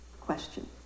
question